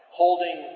holding